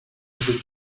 into